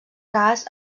cas